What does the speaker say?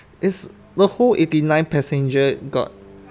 is the whole eighty nine passenger got